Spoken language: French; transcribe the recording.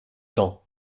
temps